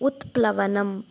उत्प्लवनम्